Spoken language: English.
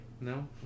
No